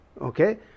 Okay